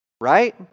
right